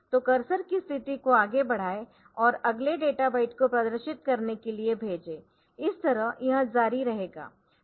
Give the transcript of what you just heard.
तो कर्सर की स्थिति को आगे बढ़ाएं और अगले डेटा बाइट को प्रदर्शित करने के लिए भेजें इस तरह यह जारी रहेगा